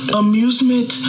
amusement